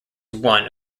one